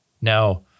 Now